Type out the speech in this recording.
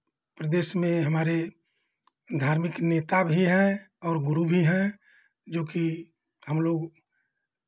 प्रदेश में हमारे धार्मिक नेता भी हैं और गुरु भी हैं जो कि हम लोग